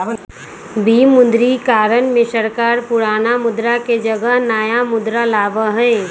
विमुद्रीकरण में सरकार पुराना मुद्रा के जगह नया मुद्रा लाबा हई